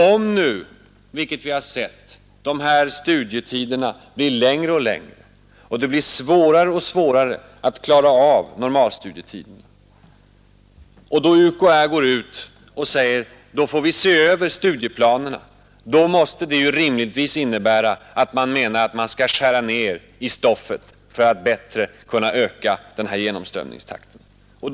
Om nu, vilket vi sett, studietiderna blir längre och längre och det blir svårare och svårare att klara av normalstudietiden och UKÄ säger att man då får se över studieplanerna, måste det rimligtvis innebära att man skall skära ned stoffet för att bättre kunna öka genomströmningstakten.